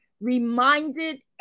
reminded